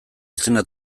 izena